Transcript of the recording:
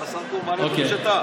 אוקיי,